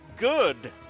Good